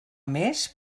més